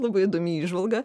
labai įdomi įžvalga